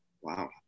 Wow